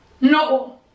No